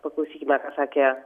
paklausykime ką sakė